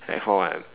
like for what